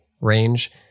range